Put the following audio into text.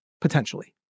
potentially